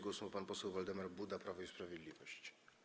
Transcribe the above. Głos ma pan poseł Waldemar Buda, Prawo i Sprawiedliwość.